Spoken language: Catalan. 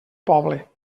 poble